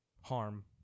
Harm